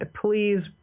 please